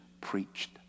preached